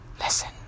listen